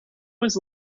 was